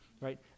right